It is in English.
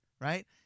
Right